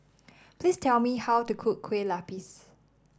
please tell me how to cook Kueh Lapis